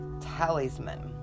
talisman